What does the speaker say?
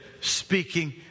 speaking